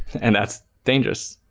and that's dangerous.